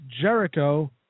Jericho